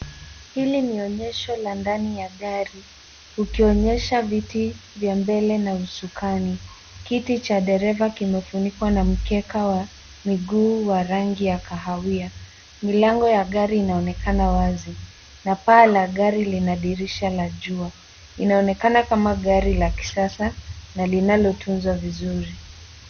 Hili ni onyesho la ndani ya gari ikionyesha viti vya mbele na usukani. Kiti cha dereva kimefunikwa na mkeka wa miguu wa rangi ya kahawia. Milango ya gari inaonekana wazi na paa la gari lina dirisha la jua. Inaonekana kama gari la kisasa na linalotunzwa vizuri.